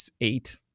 eight